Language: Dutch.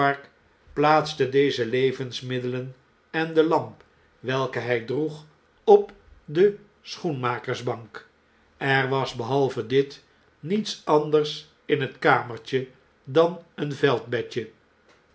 plaatste deze levensmiddelen en de lamp welke hy droeg op de schoenmakersbank er was behalve dit niets anders in het kamertje dan een veldbedje